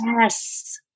Yes